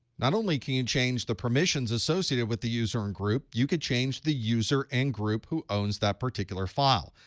not only can you change the permissions associated with the user and group, you could change the user and group who owns that particular file.